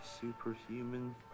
superhuman